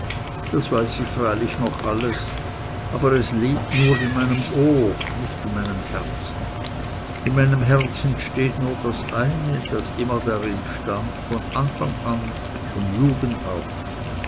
das weiß ich freilich noch alles aber es lebt nur in meinem ohr nicht in meinem herzen in meinem herzen steht nur das eine das immer darin stand von anfang an von jugend auf